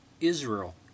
Israel